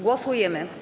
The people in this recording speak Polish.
Głosujemy.